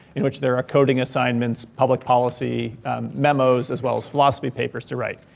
in which there are coding assignments, public policy memos, as well as philosophy papers to write.